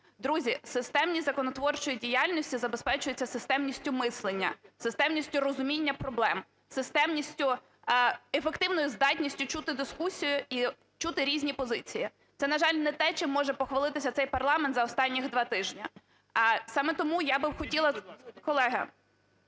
друзі, системність законотворчої діяльності забезпечується системністю мислення, системністю розуміння проблем, системністю… ефективною здатністю чути дискусію і чути різні позиції. Це, на жаль, не те, чим може похвалитися цей парламент за останні два тижні. Саме тому я би хотіла, колеги,